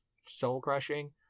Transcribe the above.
soul-crushing